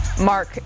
Mark